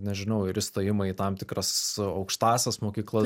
nežinau ir įstojimą į tam tikras aukštąsias mokyklas